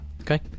Okay